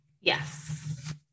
Yes